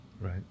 Right